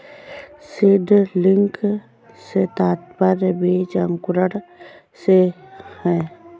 seedling से तात्पर्य बीज अंकुरण से है